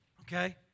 Okay